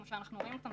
כמו שאנחנו רואים אותן,